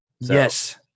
Yes